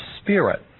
spirit